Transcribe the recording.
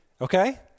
Okay